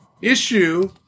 issue